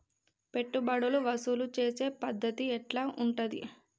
పెట్టుబడులు వసూలు చేసే పద్ధతి ఎట్లా ఉంటది?